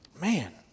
man